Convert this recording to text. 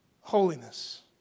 Holiness